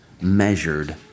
measured